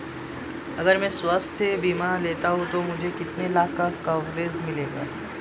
अगर मैं स्वास्थ्य बीमा लेता हूं तो मुझे कितने लाख का कवरेज मिलेगा?